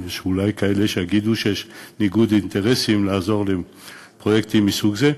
יש אולי כאלה שיגידו שיש ניגוד אינטרסים בעזרה לפרויקטים מסוג זה,